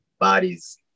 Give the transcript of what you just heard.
bodies